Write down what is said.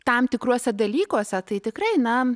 tam tikruose dalykuose tai tikrai na